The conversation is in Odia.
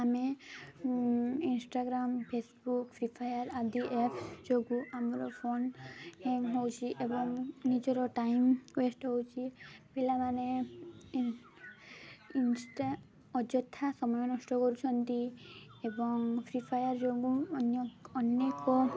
ଆମେ ଇନ୍ଷ୍ଟାଗ୍ରାମ୍ ଫେସବୁକ୍ ଫ୍ରି ଫାୟାର୍ ଆଦି ଆପ୍ସ୍ ଯୋଗୁଁ ଆମର ଫୋନ୍ ହ୍ୟାଙ୍ଗ୍ ହେଉଛି ଏବଂ ନିଜର ଟାଇମ୍ ୱେଷ୍ଟ ହେଉଛି ପିଲାମାନେ ଇନ ଇନ୍ଷ୍ଟା ଅଯଥା ସମୟ ନଷ୍ଟ କରୁଛନ୍ତି ଏବଂ ଫ୍ରି ଫାୟାର୍ ଯୋଗୁଁ ଅନ୍ୟ ଅନେକ